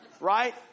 right